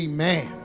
Amen